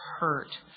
hurt